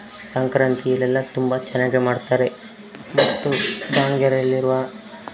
ಸಂಕ್ರಾಂತಿ ಇವೆಲ್ಲ ತುಂಬ ಚೆನ್ನಾಗಿ ಮಾಡ್ತಾರೆ ಮತ್ತು ದಾವಣಗೆರೆಲ್ಲಿರುವ